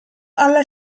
alla